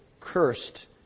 cursed